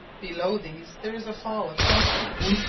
below these there is a fall of some feet,